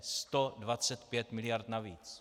125 miliard navíc.